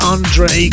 Andre